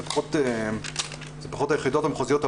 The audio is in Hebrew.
זה פחות היחידות המחוזיות,